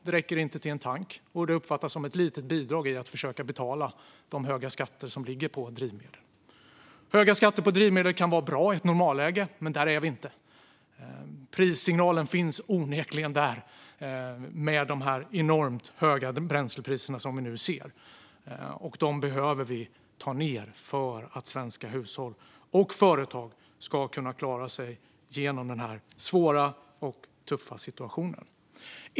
Det räcker inte till en tank, och det uppfattas som ett litet bidrag till att försöka betala de höga skatter som ligger på drivmedel. Höga skatter på drivmedel kan vara bra i ett normalläge, men där är vi inte. Prissignalen finns onekligen där, med de enormt höga bränslepriser vi nu ser. Dem behöver vi få ned för att svenska hushåll och företag ska kunna klara sig genom denna svåra och tuffa situation.